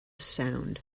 sound